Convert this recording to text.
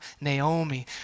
Naomi